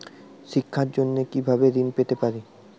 শিক্ষার জন্য কি ভাবে ঋণ পেতে পারি?